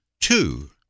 two